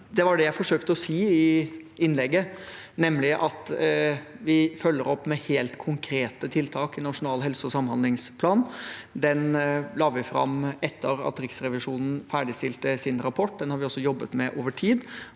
Det var det jeg forsøkte å si i innlegget, nemlig at vi følger opp med helt konkrete tiltak i Nasjonal helse- og samhandlingsplan. Den la vi fram etter at Riksrevisjonen ferdig stilte sin rapport. Den har vi også jobbet med over tid.